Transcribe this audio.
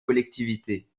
collectivités